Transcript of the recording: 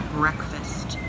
breakfast